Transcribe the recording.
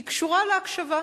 היא קשורה להקשבה.